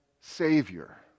Savior